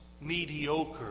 mediocre